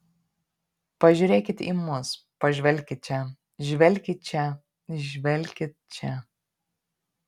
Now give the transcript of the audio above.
pažiūrėkit į mus pažvelkit čia žvelkit čia žvelkit čia